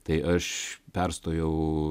tai aš perstojau